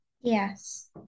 Yes